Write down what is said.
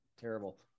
Terrible